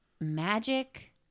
magic